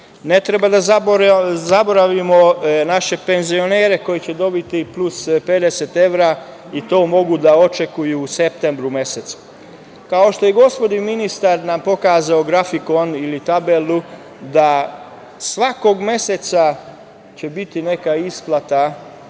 Ne treba da zaboravimo naše penzionere koji će dobiti plus 50 evra i to mogu da očekuju u septembru mesecu. Kao što je gospodin ministar pokazao grafikon ili tabelu da svakog meseca će biti neka isplata